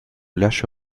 lâche